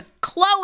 Chloe